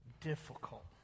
difficult